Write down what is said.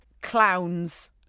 clowns